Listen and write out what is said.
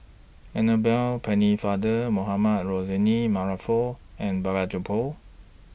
Annabel Pennefather Mohamed Rozani Maarof and Balraj Gopal